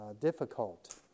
difficult